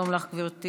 שלום לך, גברתי.